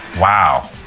Wow